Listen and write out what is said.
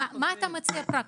מה אתה מציע פרקטית?